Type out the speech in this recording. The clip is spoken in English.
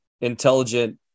intelligent